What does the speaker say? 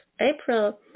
April